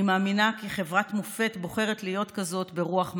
אני מאמינה כי חברת מופת בוחרת להיות כזאת ברוח מנהיגיה.